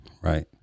Right